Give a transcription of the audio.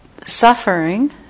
suffering